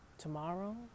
Tomorrow